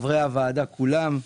חברי הוועדה כולם,